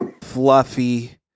fluffy